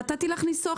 נתתי לך ניסוח יותר רחב.